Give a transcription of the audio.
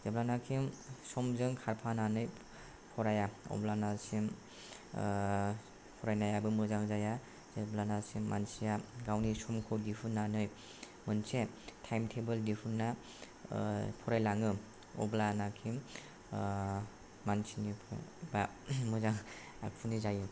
जेब्लानासिम समजों खारफानानै फराया अब्लानासिम फरायनायाबो मोजां जाया जेब्लानासिम मानसिया गावनि समखौ दिहुननानै मोनसे टाइम टेबोल दिहुनना फरायलाङो अब्लानासिम मानसिनि बा मोजां आखुनि जायो